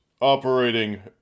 operating